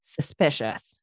suspicious